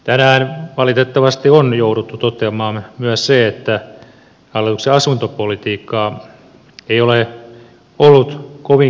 tänään valitettavasti on jouduttu toteamaan myös se että hallituksen asuntopolitiikka ei ole ollut kovinkaan onnistunutta